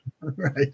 Right